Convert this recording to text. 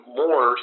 more